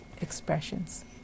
expressions